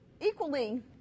equally